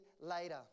later